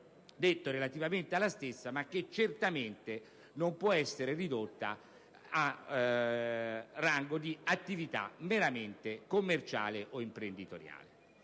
detto relativamente alla stessa, ma certamente non può essere ridotta al rango di attività meramente commerciale o imprenditoriale.